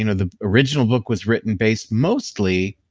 you know the original book was written based mostly.